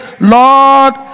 lord